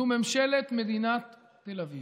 זו ממשלת מדינת תל אביב.